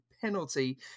penalty